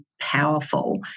powerful